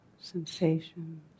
sensations